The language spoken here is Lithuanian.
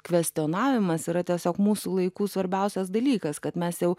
kvestionavimas yra tiesiog mūsų laikų svarbiausias dalykas kad mes jau